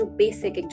basic